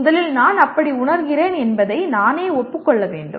முதலில் நான் அப்படி உணர்கிறேன் என்பதை நானே ஒப்புக் கொள்ள வேண்டும்